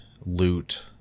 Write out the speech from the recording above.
loot